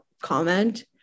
comment